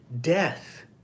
Death